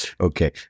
Okay